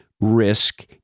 risk